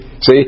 See